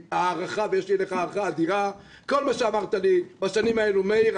עם הערכה ויש לי אליך הערכה אדירה כל מה שאמרת לי בשנים האלה: מאיר,